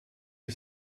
you